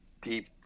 deep